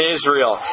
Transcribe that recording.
Israel